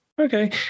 Okay